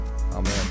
Amen